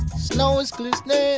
snow is glistening.